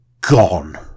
gone